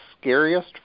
scariest